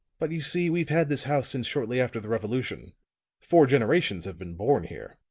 but you see we've had this house since shortly after the revolution four generations have been born here.